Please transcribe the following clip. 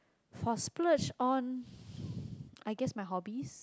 for splurge on I guessed my hobbies